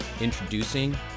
Introducing